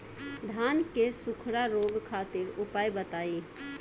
धान के सुखड़ा रोग खातिर उपाय बताई?